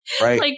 right